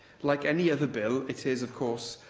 like any other bill, it is, of course,